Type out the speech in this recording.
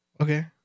Okay